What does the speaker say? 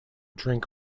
drink